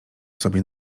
sobie